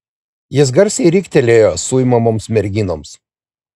jis garsiai riktelėjo suimamoms merginoms